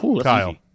Kyle